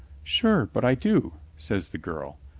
sure, but i do, says the girl.